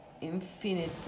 infinite